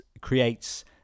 creates